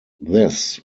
this